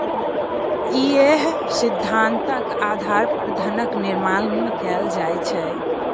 इएह सिद्धान्तक आधार पर धनक निर्माण कैल जाइत छै